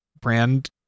brand